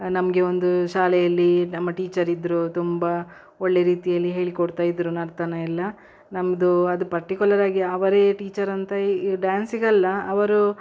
ನಮಗೆ ಒಂದು ಶಾಲೆಯಲ್ಲಿ ನಮ್ಮ ಟೀಚರ್ ಇದ್ದರು ತುಂಬ ಒಳ್ಳೆಯ ರೀತಿಯಲ್ಲಿ ಹೇಳಿಕೊಡ್ತಾ ಇದ್ದರು ನರ್ತನ ಎಲ್ಲ ನಮ್ಮದು ಅದು ಪರ್ಟಿಕ್ಯುಲರ್ ಆಗಿ ಅವರೇ ಟೀಚರ್ ಅಂತ ಈ ಡ್ಯಾನ್ಸಿಗಲ್ಲ ಅವರು